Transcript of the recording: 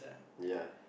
ya